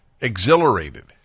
exhilarated